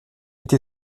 été